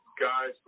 guys